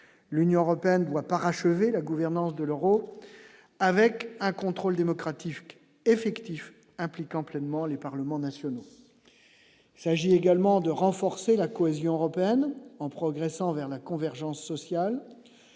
l'Union européenne doit parachever la gouvernance de l'Euro, avec un contrôle démocratique effectif impliquant pleinement les parlements nationaux. S'agit. également de renforcer la cohésion européenne en progressant vers la convergence sociale